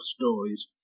stories